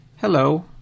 hello